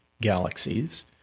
galaxies